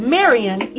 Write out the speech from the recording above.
Marion